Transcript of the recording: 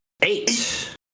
Eight